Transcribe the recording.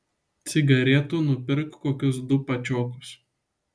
cigaretų nupirk kokius du pačiokus